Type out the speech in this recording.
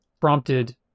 prompted